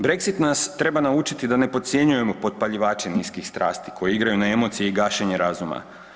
Brexit nas treba naučiti da ne podcjenjujemo potpaljivače niskih strasti koji igraju na emocije i gašenje razuma.